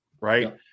right